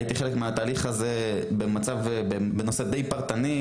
הייתי חלק מהתהליך הזה בנושא די פרטני,